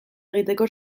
egiteko